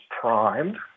primed